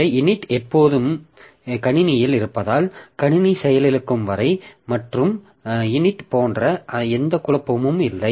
இந்த init எப்போதும் கணினியில் இருப்பதால் கணினி செயலிழக்கும் வரை மற்றும் init போன்ற எந்த குழப்பமும் இல்லை